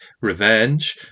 revenge